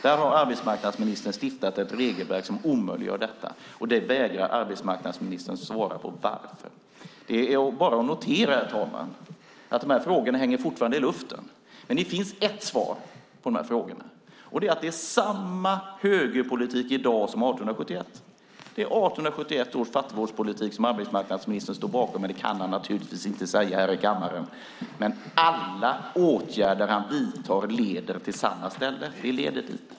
Där har arbetsmarknadsministern stiftat ett regelverk som omöjliggör detta. Arbetsmarknadsministern vägrar svara på varför. Det är bara att notera, herr talman, att frågorna hänger fortfarande i luften. Det finns ett svar på frågorna, nämligen att det är samma högerpolitik i dag som 1871. Det är 1871 års fattigvårdspolitik som arbetsmarknadsministern står bakom, men det kan han naturligtvis inte säga i kammaren. Alla åtgärder han vidtar leder till samma ställe.